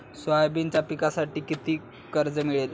सोयाबीनच्या पिकांसाठी किती कर्ज मिळेल?